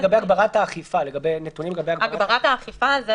נתונים לגבי הגברת האכיפה.